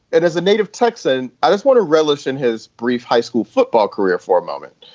and as a native texan, i just want to relish in his brief high school football career for a moment.